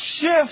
shift